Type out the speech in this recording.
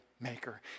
maker